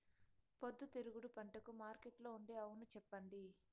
పొద్దుతిరుగుడు పంటకు మార్కెట్లో ఉండే అవును చెప్పండి?